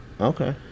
Okay